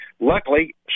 Luckily